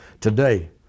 today